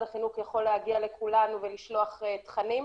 החינוך יכול להגיע לכולנו ולשלוח תכנים,